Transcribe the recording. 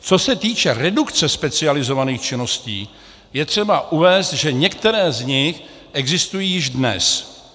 Co se týče redukce specializovaných činností, je třeba uvést, že některé z nich existují již dnes.